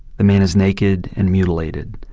the man is naked and mutilated.